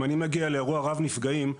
אם אני מגיע לאירוע רב נפגעים,